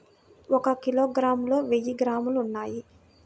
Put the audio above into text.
ఒక కిలోగ్రామ్ లో వెయ్యి గ్రాములు ఉన్నాయి